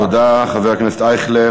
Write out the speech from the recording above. תודה, חבר הכנסת אייכלר.